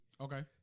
Okay